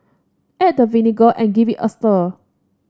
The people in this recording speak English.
add the vinegar and give it a stir